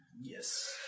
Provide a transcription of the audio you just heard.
Yes